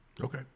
Okay